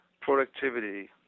productivity